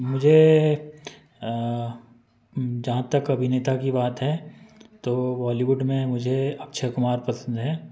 मुझे जहाँ तक अभिनेता की बात है तो बॉलीवुड में मुझे अक्षय कुमार पसंद है